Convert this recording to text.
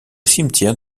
cimetière